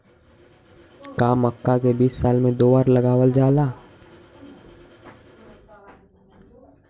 का मक्का के बीज साल में दो बार लगावल जला?